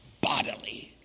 Bodily